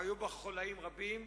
היו בה חוליים רבים.